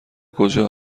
کجا